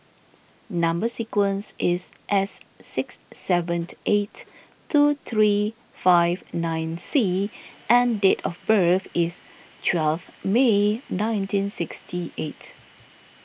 Number Sequence is S six seven eight two three five nine C and date of birth is twelve May nineteen sixty eight